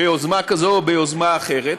ביוזמה כזו או ביוזמה אחרת,